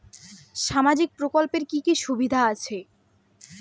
সামাজিক প্রকল্পের কি কি সুবিধা আছে?